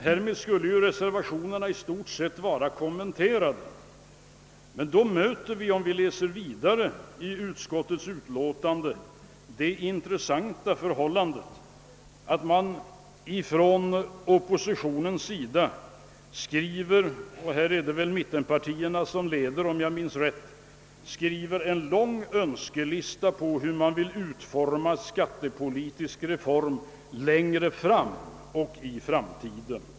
Härmed har jag väl i stort sett kommenterat reservationerna. Men i bevillningsutskottets betänkande nr 50 möter vi också, och det är intressant, en lång önskelista från oppositionen — det är mittenpartierna som leder härvidlag — om utformningen av en skattepolitisk reform i framtiden.